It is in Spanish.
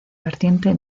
vertiente